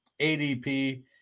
ADP